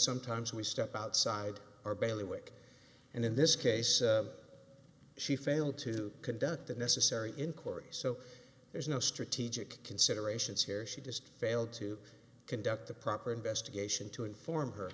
sometimes we step outside our bailiwick and in this case she failed to conduct the necessary inquiries so there's no strategic considerations here she just failed to conduct the proper investigation to inform her